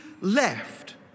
left